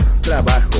trabajo